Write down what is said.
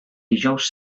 dijous